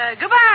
Goodbye